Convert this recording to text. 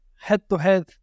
head-to-head